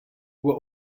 were